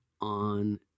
on